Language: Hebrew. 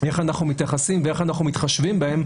איך אנחנו מתייחסים ואיך אנחנו מתחשבים בהן,